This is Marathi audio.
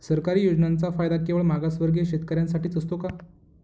सरकारी योजनांचा फायदा केवळ मागासवर्गीय शेतकऱ्यांसाठीच असतो का?